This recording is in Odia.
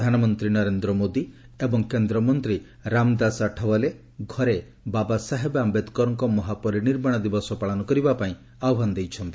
ପ୍ରଧାନମନ୍ତ୍ରୀ ନରେନ୍ଦ୍ର ମୋଦି ଏବଂ କେନ୍ଦ୍ରମନ୍ତ୍ରୀ ରାମଦାସ ଅଠାୱାଲେ ଘରେ ବାବାସାହେବ ଆୟେଦ୍କରଙ୍କ ମହାପରିନିର୍ବାଣ ଦିବସ ପାଳନ କରିବାପାଇଁ ଆହ୍ୱାନ ଦେଇଛନ୍ତି